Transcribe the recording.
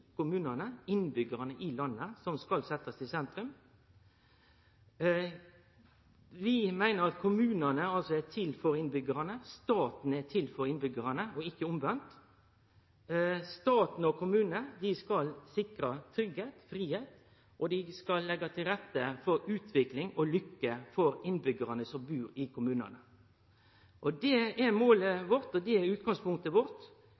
kommunane, innbyggjarane i landet, som skal setjast i sentrum. Vi meiner at kommunane er til for innbyggjarane, at staten er til for innbyggjarane, og ikkje omvendt. Staten og kommunane skal sikre tryggleik og fridom, og dei skal leggje til rette for utvikling og lykke for innbyggjarane som bur i kommunane. Det er målet vårt, og det er utgangspunktet vårt: